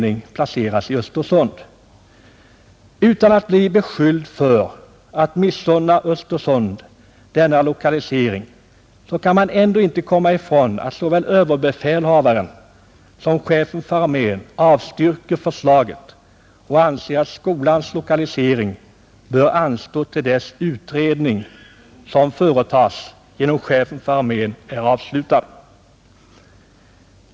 Jag tycker inte jag behöver bli beskylld för att missunna Östersund denna lokalisering om jag säger, att det ändå inte går att komma ifrån att såväl överbefälhavaren som chefen för armén avstyrkt förslaget och anser att skolans lokalisering bör anstå till dess att den utredning, som företas genom chefen för armén, är avslutad.